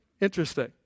Interesting